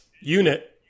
unit